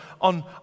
on